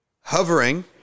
hovering